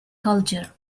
culture